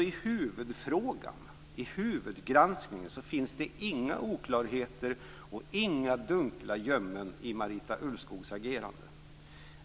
I huvudfrågan, i huvudgranskningen, finns det således inga oklarheter och inga dunkla gömmen i Marita Ulvskogs agerande.